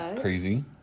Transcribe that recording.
crazy